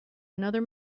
another